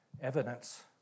evidence